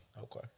Okay